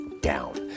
down